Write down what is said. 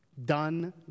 Done